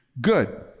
good